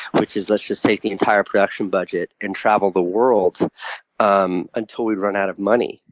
which is let's just take the entire production budget and travel the world um until we run out of money.